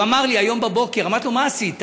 הוא אמר לי היום בבוקר, אמרתי לו: מה עשית?